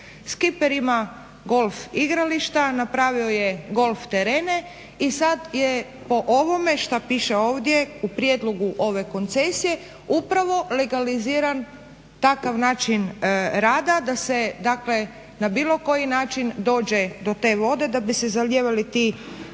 Skiper ima golf igrališta, napravio je golf terene i sada je po ovome što piše ovdje u prijedlogu ove koncesije, upravo legaliziran takav način rada da se dakle na bilo koji način dođe do te vode da bi se zalijevala ta